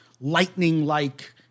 lightning-like